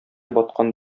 баткан